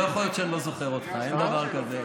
לא יכול להיות שאני לא זוכר אותך, אין דבר כזה.